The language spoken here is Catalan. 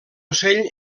ocell